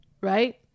right